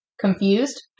Confused